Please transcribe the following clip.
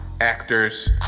actors